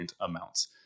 amounts